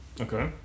Okay